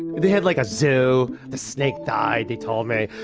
they had like a zoo, the snake died, they told me.